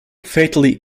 fatally